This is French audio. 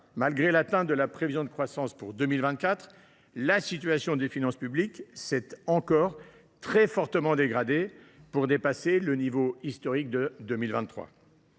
malgré l’atteinte de la prévision de croissance pour 2024, la situation des finances publiques s’est encore très fortement dégradée pour dépasser le niveau historique de 2023.